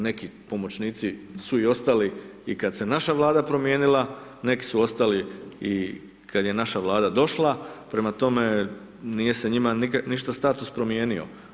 Neki pomoćnici su i ostali i kad se naša Vlada promijenila, neki su ostali i kad je naša Vlada došla, prema tome nije se njima ništa status promijenio.